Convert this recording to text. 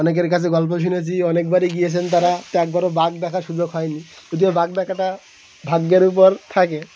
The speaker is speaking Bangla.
অনেকের কাছে গল্প শুনেছি অনেকবারই গিয়েছেন তারা তো একবার বাঘ দেখার সুযোগ হয় নি তো বাঘ দেখাটা ভাগ্যের উপর থাকে